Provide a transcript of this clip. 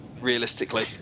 realistically